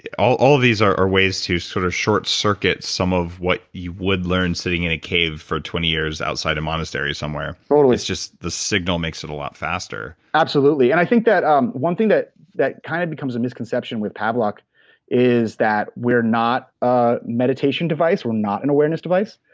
all all these are are ways to sort of short circuit some of what you would learn sitting in a cave for twenty years outside a monastery somewhere totally it's just the signal makes it a lot faster absolutely, and i think that um one thing that that kind of becomes a misconception with pavlok is that we're not a meditation device, we're not an awareness device,